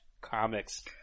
comics